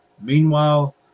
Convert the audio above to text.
Meanwhile